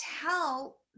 tell